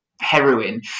heroin